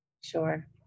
Sure